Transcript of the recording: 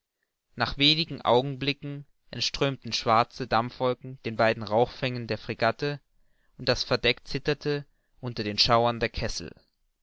nach wenigen augenblicken entströmten schwarze dampfwolken den beiden rauchfängen der fregatte und das verdeck zitterte unter den schauern der kessel